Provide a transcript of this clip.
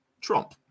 Trump